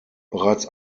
bereits